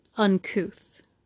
uncouth